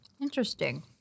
Interesting